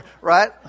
right